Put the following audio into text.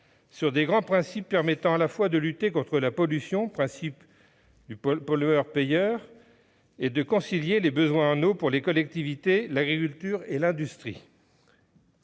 sur de grands principes permettant, à la fois, de lutter contre la pollution- en vertu du principe du pollueur-payeur -et de concilier les besoins en eau pour les collectivités, l'agriculture et l'industrie.